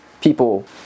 people